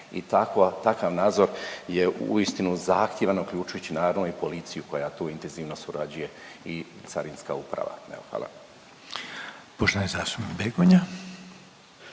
takav nadzor je uistinu zahtjevan, uključujući naravno i policiju koja tu intenzivno surađuje i Carinska uprava, je li?